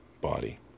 body